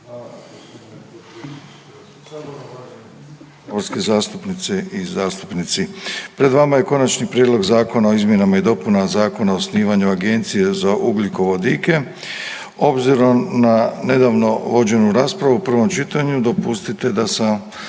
Hvala g. potpredsjedniče HS, uvažene saborske zastupnice i zastupnici. Pred vama je Konačni prijedlog zakona o izmjenama i dopunama Zakona o osnivanju Agencije za ugljikovodike. Obzirom na nedavno vođenu raspravu u prvom čitanju dopustite da se